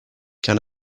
can